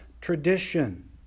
tradition